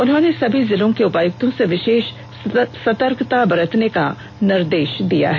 उन्होंने सभी जिलों के उपायुक्तों से विशेष सतर्कता बरतने का निर्देश दिया है